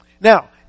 Now